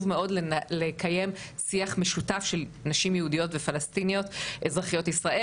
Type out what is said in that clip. מאוד לקיים שיח משותף של נשים יהודיות ופלסטיניות אזרחיות ישראל.